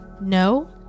No